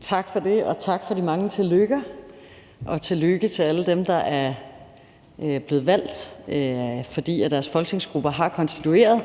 Tak for det, og tak for de mange tillykker og tillykke til alle dem, der er blevet valgt, fordi deres folketingsgruppe er blevet konstitueret,